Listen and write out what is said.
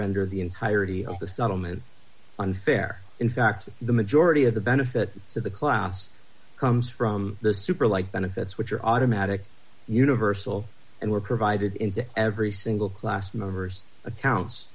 render the entirety of the settlement unfair in fact the majority of the benefit to the class comes from the super like benefits which are automatic universal and were provided in every single class members accounts